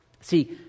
see